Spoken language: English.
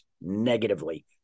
negatively